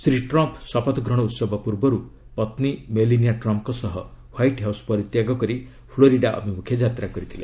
Shri Trump ଶପଥ ଗ୍ରହଣ ଉହବ ପୂର୍ବରୁ ପତ୍ନୀ ମେଲିନିଆ ଟ୍ରମ୍ଫ୍ଙ୍କ ସହ ହ୍ୱାଇଟ୍ ହାଉସ୍ ପରିତ୍ୟାଗ କରି ଫ୍ଲୋରିଡା ଅଭିମୁଖେ ଯାତ୍ରା କରିଥିଲେ